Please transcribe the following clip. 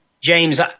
James